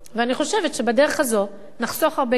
ואני חושבת שבדרך הזו נחסוך הרבה כסף.